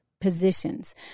Positions